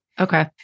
Okay